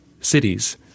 cities